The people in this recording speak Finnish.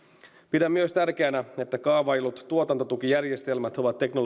pidän myös tärkeänä että kaavaillut tuotantotukijärjestelmät ovat teknologianeutraaleja